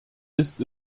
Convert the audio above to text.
ist